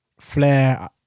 Flair